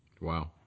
Wow